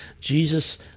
jesus